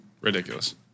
ridiculous